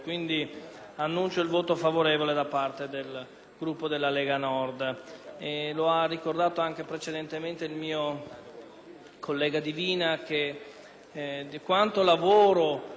annuncio il voto favorevole da parte del Gruppo della Lega Nord.